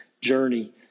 journey